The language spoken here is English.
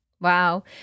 Wow